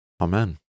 Amen